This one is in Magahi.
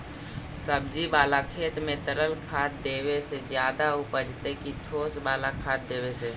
सब्जी बाला खेत में तरल खाद देवे से ज्यादा उपजतै कि ठोस वाला खाद देवे से?